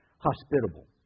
hospitable